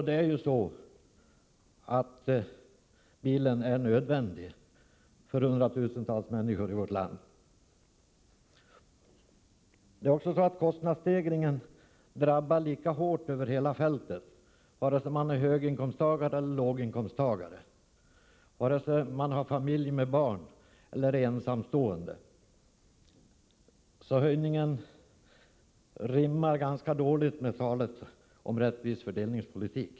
Det är nödvändigt att åka bil för hundratusentals människor i vårt land. Kostnadsstegringen drabbar lika hårt över hela fältet, oavsett om man är höginkomsttagare eller låginkomsttagare, oavsett om man har familj med barn eller är ensamstående. Höjningen rimmar ganska dåligt med talet om en rättvis fördelningspolitik.